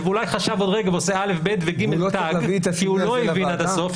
ואולי לא הבין עד הסוף,